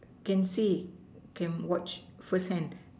can see can watch first hand